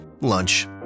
Lunch